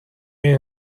این